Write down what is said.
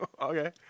okay